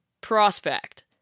prospect